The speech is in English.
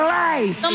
life